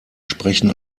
sprechen